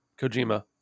Kojima